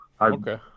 Okay